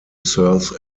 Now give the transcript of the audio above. serves